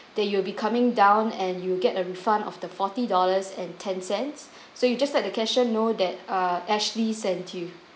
that you that you will be coming down and you'll get a refund of the forty dollars and ten cents so you just let the cashier know that uh ashley sent you